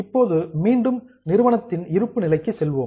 இப்போது மீண்டும் நிறுவனத்தின் இருப்பு நிலைக்கு செல்வோம்